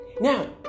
Now